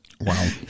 Wow